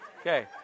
Okay